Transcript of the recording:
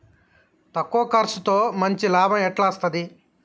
తక్కువ కర్సుతో మంచి లాభం ఎట్ల అస్తది?